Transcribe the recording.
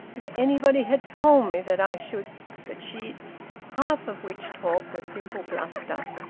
if anybody had told me that i should that she'd half of which talk was simple bluster.